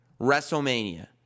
WrestleMania